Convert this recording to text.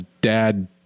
dad-